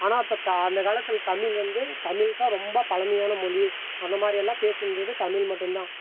ஆனால் அப்போ தான் அந்த காலத்தில் தமிழ் வந்து தமிழ் தான் ரொம்ப பழமையான மொழி அந்த மாதிரியெல்லாம் பேசியிருந்தது தமிழ் மட்டும்தான்